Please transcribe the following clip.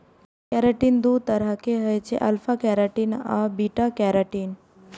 keratin दू तरहक होइ छै, अल्फा केराटिन आ बीटा केराटिन